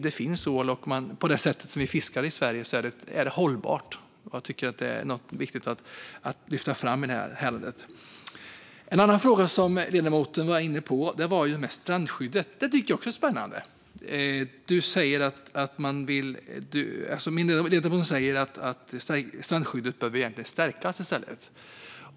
Det finns ål, och på det sätt som vi fiskar i Sverige är det hållbart. Det är viktigt att lyfta fram det. En annan fråga som ledamoten var inne på är strandskyddet. Det är också spännande. Ledamoten sa att strandskyddet egentligen behöver stärkas i stället.